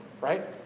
right